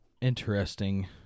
interesting